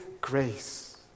grace